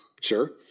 Sure